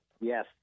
Yes